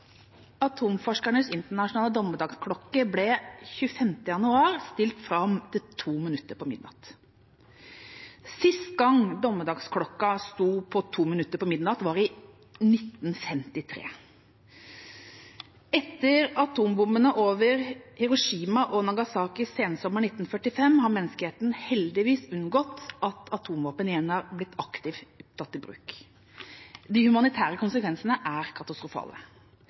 Atomforskernes internasjonale dommedagsklokke ble den 25. januar stilt fram til 2 minutter på midnatt. Sist gang dommedagsklokken sto på 23.58, var i 1953. Etter atombombene over Hiroshima og Nagasaki sensommeren 1945 har menneskeheten heldigvis unngått at atomvåpen har blitt aktivt tatt i bruk. De humanitære konsekvensene er katastrofale.